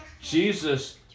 Jesus